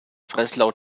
breslau